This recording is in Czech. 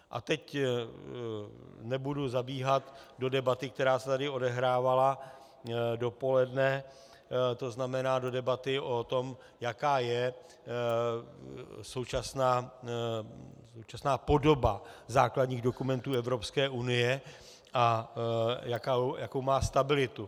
A teď nebudu zabíhat do debaty, která se tady odehrávala dopoledne, to znamená do debaty o tom, jaká je současná podoba základních dokumentů Evropské unie a jakou má stabilitu.